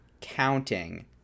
counting